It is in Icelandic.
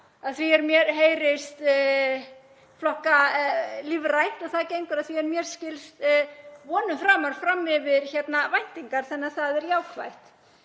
farin að flokka lífrænt og það gengur, að því er mér skilst, vonum framar, fram yfir væntingar, þannig að það er jákvætt.